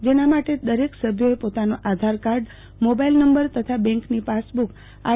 જેના માટે દરેક સભ્યોએ પોતાનો આધારકાર્ડ મોબાઇલ નંબર તથા બેંકની પાસબુક આર